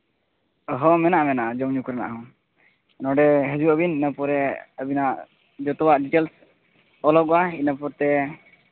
ᱟᱨᱦᱚᱸ ᱢᱮᱱᱟᱜᱼᱟ ᱢᱮᱱᱟᱜᱼᱟ ᱡᱚᱢ ᱧᱩ ᱠᱚᱨᱮᱱᱟᱜ ᱦᱚᱸ ᱱᱚᱰᱮ ᱦᱤᱡᱩᱜ ᱟᱹᱵᱤᱱ ᱤᱱᱟᱹ ᱯᱚᱨᱮ ᱟᱹᱵᱤᱱᱜ ᱡᱚᱛᱚᱣᱟᱜ ᱰᱤᱴᱮᱞᱥ ᱚᱞᱚᱜᱚᱜᱼᱟ ᱤᱱᱟᱹ ᱯᱚᱛᱮ